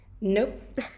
nope